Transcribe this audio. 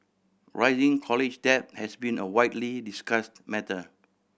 rising college debt has been a widely discussed matter